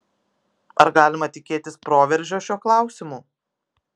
ar galima tikėtis proveržio šiuo klausimu